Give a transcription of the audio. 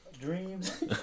dreams